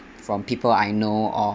from people I know of